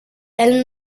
elles